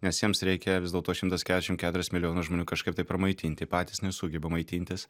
nes jiems reikia vis dėlto šimtas keturiasdešim keturis milijonus žmonių kažkaip tai pramaitinti patys nesugeba maitintis